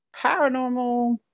paranormal